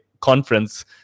conference